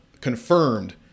confirmed